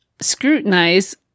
scrutinize